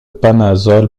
panazol